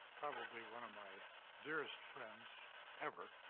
probably one of my dearest friends ever,